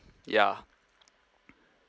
ya